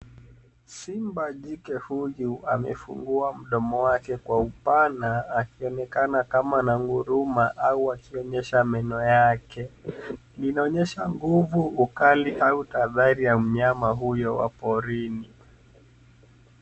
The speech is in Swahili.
Simba jike huyu amefungua mdomo wake kwa upana akionekana kama ananguruma au akionyesha meno yake. Linaonyesha nguvu, ukali au tahadhari ya mnyama huyo wa porini.